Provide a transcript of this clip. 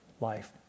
life